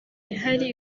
ihari